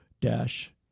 dash